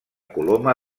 coloma